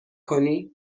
کنی